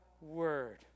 word